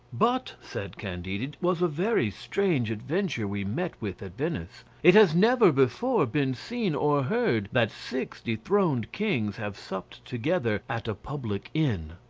but, said candide, it was a very strange adventure we met with at venice. it has never before been seen or heard that six dethroned kings have supped together at a public inn.